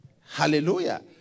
Hallelujah